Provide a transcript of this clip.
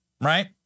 right